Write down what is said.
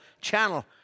channel